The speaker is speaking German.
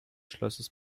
schlosses